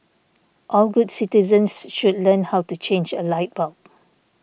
all good citizens should learn how to change a light bulb